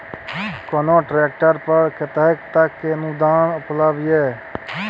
कोनो ट्रैक्टर पर कतेक तक के अनुदान उपलब्ध ये?